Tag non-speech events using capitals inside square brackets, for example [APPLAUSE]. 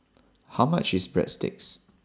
[NOISE] How much IS Breadsticks